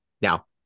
Now